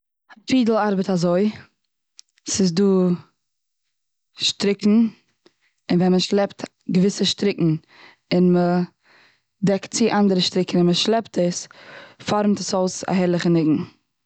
פידל ארבעט אזוי ס'איז דא שטריקן, און ווען מ'שלעפט געוויסע שטריקן, און מ'דעקט צו אנדערע שטריקן און מ'שלעפט דאס, פארעמט עס אויס א הערליכע ניגון.